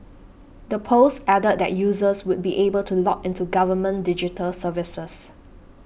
the post added that users would be able to log into government digital services